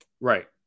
right